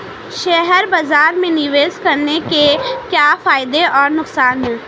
Share बाज़ार में निवेश करने के क्या फायदे और नुकसान हैं?